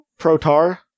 Protar